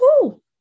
cool